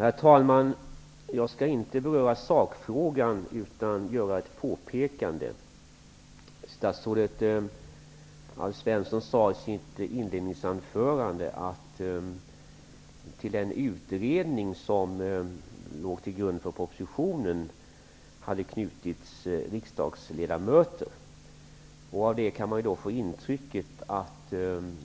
Herr talman! Jag skall inte beröra sakfrågan, utan jag skall bara göra ett påpekande. Statsrådet Alf Svensson sade i sitt inledningsanförande att det till den utredning som låg till grund för propositionen hade knutits riksdagsledamöter. Det uttalandet gör att man kan tro att